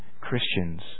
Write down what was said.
Christians